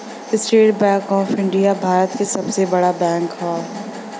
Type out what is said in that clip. estate Bank of India Bharat क सबसे बड़ा बैंक हौ